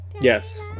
Yes